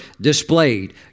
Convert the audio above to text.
displayed